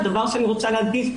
דבר שאני רוצה להדגיש,